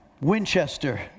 Winchester